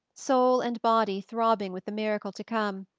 soul and body throbbing with the miracle to come,